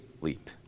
leap